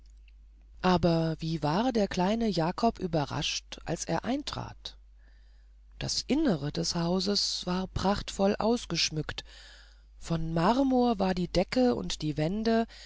aber wie war der kleine jakob überrascht als er eintrat das innere des hauses war prachtvoll ausgeschmückt von marmor war die decke und die wände